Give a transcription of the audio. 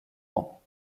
rangs